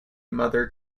mother